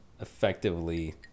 effectively